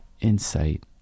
insight